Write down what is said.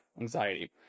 anxiety